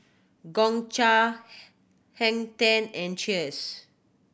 Gongcha Hang Ten and Cheers